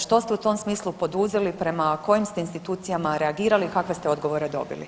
Što ste u tom smislu poduzeli, prema kojim ste institucijama reagirali i kakve ste odgovore dobili?